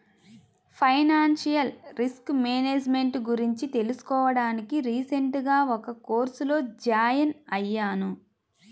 financial risk management గురించి తెలుసుకోడానికి recent గా ఒక కోర్సులో జాయిన్ అయ్యాను